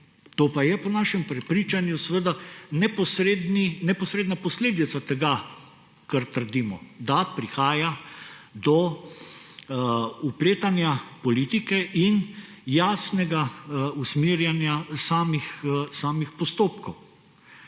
To pa je po našem prepričanju neposredna posledica tega, kar trdimo, da prihaja do vpletanja politike in jasnega usmerjanja samih postopkov.